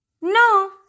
No